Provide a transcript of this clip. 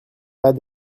pas